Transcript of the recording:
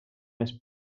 més